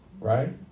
right